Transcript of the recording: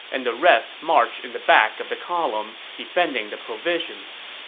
and the rest marched in the back of the column, defending the provisions.